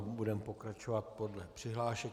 Budeme pokračovat podle přihlášek.